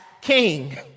King